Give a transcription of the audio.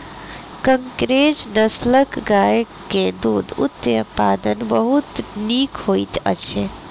कंकरेज नस्लक गाय के दूध उत्पादन बहुत नीक होइत अछि